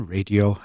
Radio